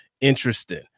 interesting